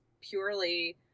purely